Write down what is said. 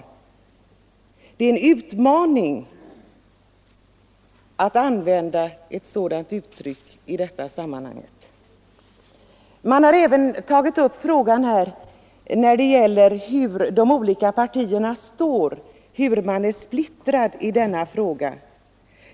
Och det är en utmaning att i detta sammanhang använda sådana uttryck som att kvinnorna förr i världen verkligen kunde känna trygghet. Sedan har också frågan tagits upp hur de olika partierna står och hur splittrade de är i denna fråga.